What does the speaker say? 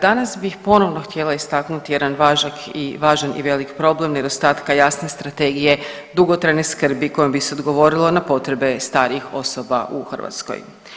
Danas bih ponovno htjela istaknuti jedan važan i velik problem nedostatka jasne strategije dugotrajne skrbi kojom bi se odgovorilo na potrebe starijih osoba u Hrvatskoj.